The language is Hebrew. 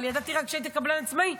אבל ידעתי רק שהיית קבלן עצמאי.